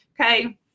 okay